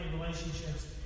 relationships